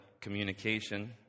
communication